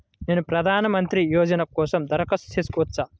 నేను ప్రధాన మంత్రి యోజన కోసం దరఖాస్తు చేయవచ్చా?